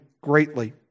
greatly